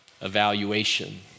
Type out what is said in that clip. evaluation